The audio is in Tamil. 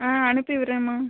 ஆ அனுப்பிவிடுறேம்மா